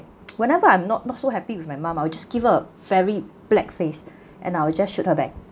whenever I'm not not so happy with my mum ah I'll just give her very black faced and I'll just shoot her back